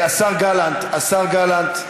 השר גלנט, השר גלנט.